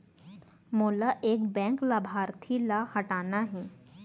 मोला एक बैंक लाभार्थी ल हटाना हे?